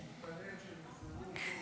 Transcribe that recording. שמתפלל שהם יחזרו כל רגע.